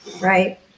right